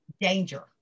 danger